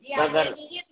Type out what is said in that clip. मगर